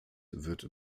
wird